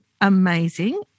amazing